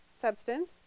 substance